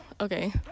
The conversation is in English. Okay